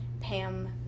Pam